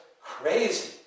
crazy